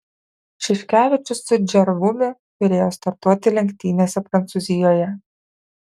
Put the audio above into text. šiškevičius su džervumi turėjo startuoti lenktynėse prancūzijoje